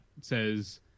says